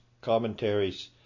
commentaries